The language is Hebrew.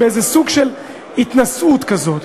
באיזה סוג של התנשאות כזאת,